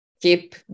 Keep